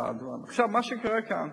מה שקורה כאן